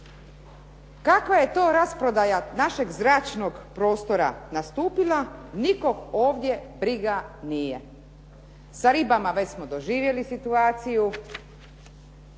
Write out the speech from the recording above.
Kakva je to rasprodaja našeg zračnog prostora nastupila, nikog ovdje briga nije. Sa ribama već smo doživjeli situaciju,